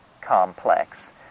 complex